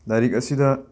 ꯂꯥꯏꯔꯤꯛ ꯑꯁꯤꯗ